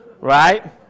right